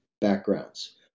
backgrounds